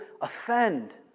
offend